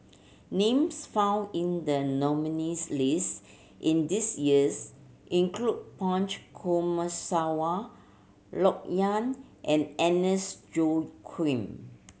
names found in the nominees' list in this years include Punch Coomaraswamy Loke Yew and Agnes Joaquim